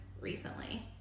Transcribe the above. recently